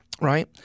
Right